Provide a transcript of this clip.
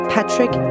Patrick